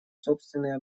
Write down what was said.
собственные